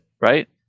right